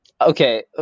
okay